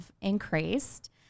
increased